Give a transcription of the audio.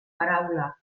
paraula